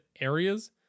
areas